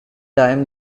time